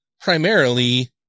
primarily